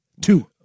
Two